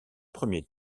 premier